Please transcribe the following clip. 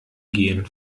gehen